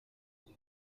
mais